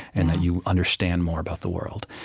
and that you understand more about the world.